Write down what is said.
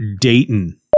Dayton